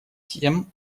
тем